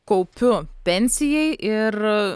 kaupiu pensijai ir